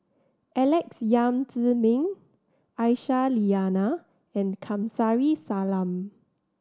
Alex Yam Ziming Aisyah Lyana and Kamsari Salam